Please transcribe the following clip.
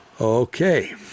Okay